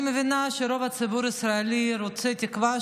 אני מבינה שרוב הציבור הישראלי רוצה תקווה,